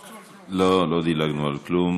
לא, לא דילגנו על כלום.